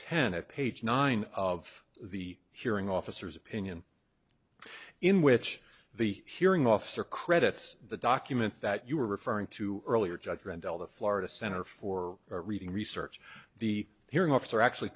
at page nine of the hearing officers opinion in which the hearing officer credits the document that you were referring to earlier judge randell the florida center for reading research the hearing officer actually